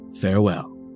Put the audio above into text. Farewell